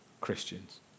Christians